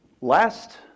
Last